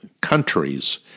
countries